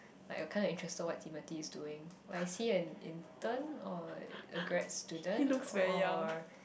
like your kind of interested what Timothy is doing what is he an intern or a grad student or